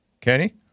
Kenny